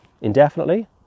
indefinitely